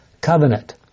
Covenant